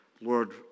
Lord